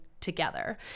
together